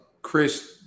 Chris